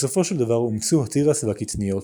בסופו של דבר אומצו התירס והקטניות,